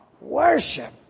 Worship